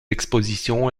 expositions